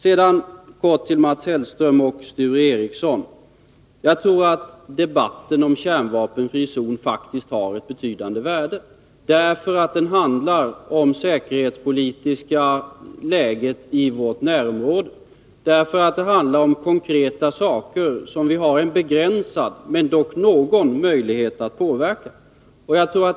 Sedan kort till Mats Hellström och Sture Ericson: Jag tror att debatten om en kärnvapenfri zon faktiskt har ett betydande värde, därför att den handlar om det säkerhetspolitiska läget i vårt närområde och om konkreta saker, som vi har en begränsad men dock någon möjlighet att påverka.